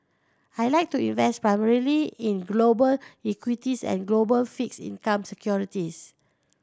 I like to invest primarily in global equities and global fixed income securities